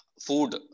food